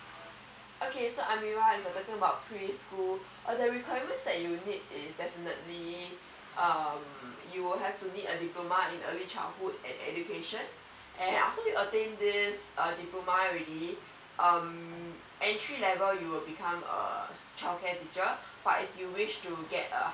okay so amira if you're talking about preschool the requirements that you need is definitely uh you will have to need a diploma in early childhood education and after you attain this diploma ready um entry level you will become um childcare teacher but if you wish to get uh